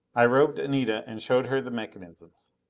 i robed anita and showed her the mechanisms.